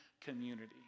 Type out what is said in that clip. community